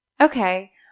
Okay